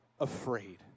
afraid